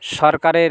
সরকারের